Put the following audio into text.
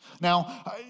Now